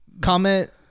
comment